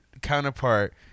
counterpart